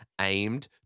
Aimed